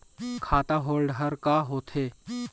खाता होल्ड हर का होथे?